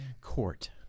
Court